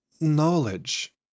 Knowledge